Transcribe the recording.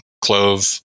clove